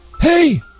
Hey